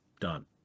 Done